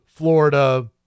Florida